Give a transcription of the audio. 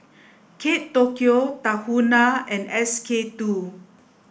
Kate Tokyo Tahuna and S K two